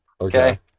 Okay